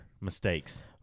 mistakes